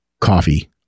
Coffee